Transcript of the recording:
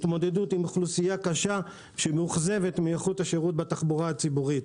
התמודדות עם אוכלוסייה קשה שמאוכזבת מאיכות השירות בתחבורה הציבורית.